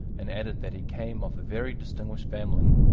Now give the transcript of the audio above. and added that he came of a very distinguished family.